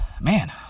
man